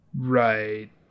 Right